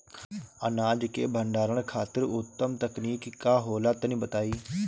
अनाज के भंडारण खातिर उत्तम तकनीक का होला तनी बताई?